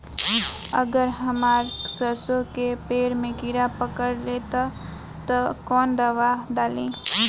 अगर हमार सरसो के पेड़ में किड़ा पकड़ ले ता तऽ कवन दावा डालि?